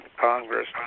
Congress